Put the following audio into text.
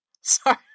sorry